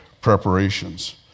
preparations